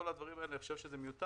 כל הדברים האלה אני חושב שזה מיותר,